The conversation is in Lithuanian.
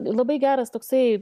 labai geras toksai